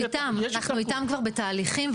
אנחנו איתם כבר בתהליכים,